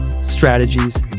strategies